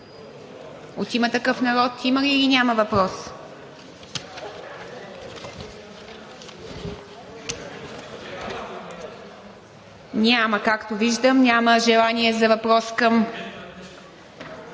От „Има такъв народ“ има ли, или няма въпрос? Няма. Както виждам, няма желание за въпрос към